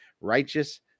Righteous